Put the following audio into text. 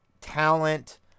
talent